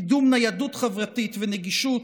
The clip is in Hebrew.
קידום ניידות חברתית ונגישות,